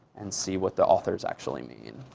and see what the authors actually mean.